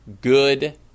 good